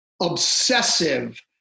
obsessive